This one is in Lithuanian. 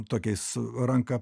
tokiais ranka